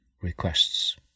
requests